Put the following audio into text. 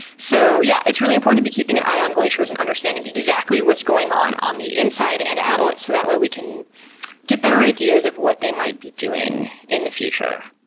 so yeah it's really important to be keeping an eye on glaciers and understanding exactly what's going on, on the inside and out, so that way we can get better ideas of what they might be doing in the future.